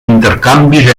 intercanvis